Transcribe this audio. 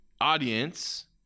audience